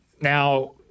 Now